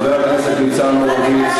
חבר הכנסת ניצן הורוביץ.